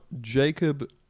Jacob